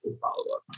follow-up